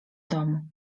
domu